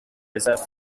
reserve